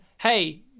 hey